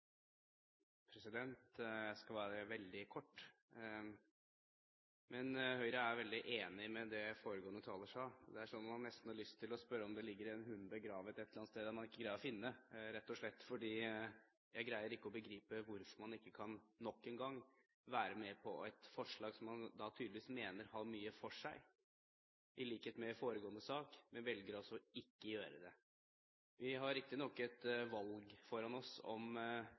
til. Jeg skal være veldig kort. Høyre er veldig enig i det foregående taler sa. Man har nesten lyst til å spørre om det ligger en hund begravet et eller annet sted, og at man ikke greier å finne den, rett og slett fordi jeg ikke greier å begripe hvorfor man ikke – nok en gang – kan være med på et forslag man tydeligvis mener har mye for seg. I likhet med i foregående sak, velger man ikke å gjøre det. Vi har riktignok et valg foran oss om